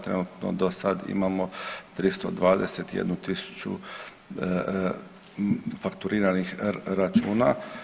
Trenutno do sada imao 321.000 fakturiranih računa.